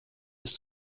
ist